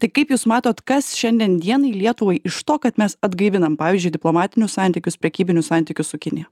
tai kaip jūs matot kas šiandien dienai lietuvai iš to kad mes atgaivinam pavyzdžiui diplomatinius santykius prekybinius santykius su kinija